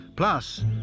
Plus